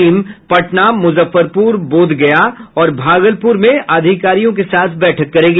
team Patna Muzaffarpur Bodhgaya और भागलपुर में अधिकारियों के साथ बैठक करेगी